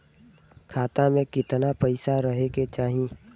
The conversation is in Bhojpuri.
खाता में कितना पैसा रहे के चाही?